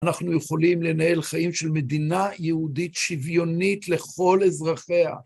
אנחנו יכולים לנהל חיים של מדינה יהודית שוויונית לכל אזרחיה.